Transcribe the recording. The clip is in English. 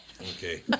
Okay